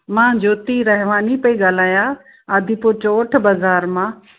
मां ज्योति रहमानी पई ॻाल्हायां आदिपुर चौठ बाज़ारि मां